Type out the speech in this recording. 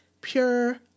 pure